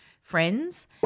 friends